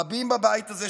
רבים בבית הזה,